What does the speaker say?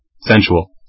Sensual